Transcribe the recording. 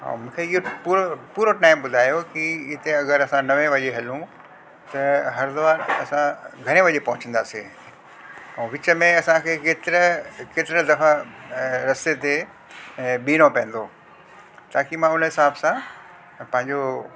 ऐं मूंखे इहो पूरो पूरो टाइम ॿुधायो कि हिते अगरि असां नवे वजे हलूं त हरिद्वार असां घणी वजे पोहचींदासे ऐं विच में असांखे केतिरे केतिरा दफ़ा रस्ते ते बिहणो पवंदो ताकी मां उन हिसाब सां पंहिंजो